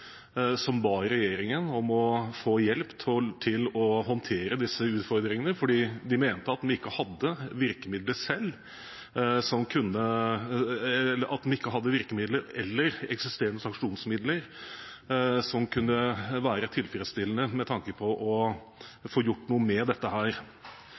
som ba regjeringen om hjelp til å håndtere disse utfordringene, fordi de mente de ikke hadde virkemidler eller eksisterende sanksjonsmidler som kunne være tilfredsstillende med tanke på